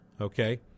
Okay